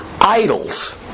idols